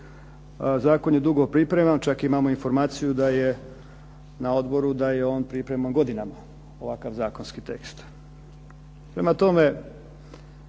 zakon je dugo pripreman. Čak imamo informaciju na odboru da je on pripreman godinama ovakav zakonski tekst. Prema tome,